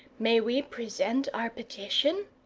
may we present our petition?